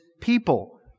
people